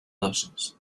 dosis